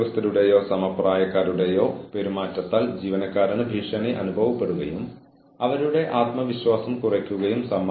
അതിനാൽ നമ്മൾക്ക് ചെയ്യാൻ കഴിയുന്നത് ജീവനക്കാരന് നമ്മളുടെ അടുത്തേക്ക് വരാൻ സുഖമുണ്ടെന്ന് ഉറപ്പാക്കുക എന്നതാണ്